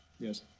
Yes